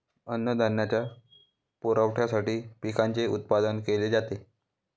अन्नधान्याच्या पुरवठ्यासाठी पिकांचे उत्पादन केले जाते